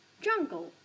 jungle